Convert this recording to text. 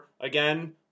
again